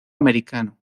americano